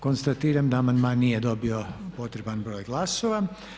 Konstatiram da amandman nije dobio potreban broj glasova.